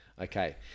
Okay